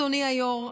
אדוני היו"ר,